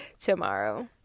tomorrow